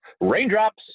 Raindrops